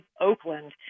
Oakland